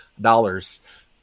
dollars